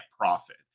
profit